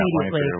immediately